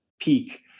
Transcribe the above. peak